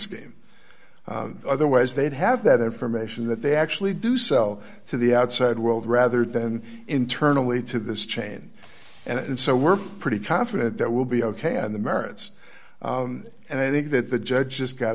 scheme otherwise they'd have that information that they actually do sell to the outside world rather than internally to this chain and so we're pretty confident that we'll be ok on the merits and i think that the judge just got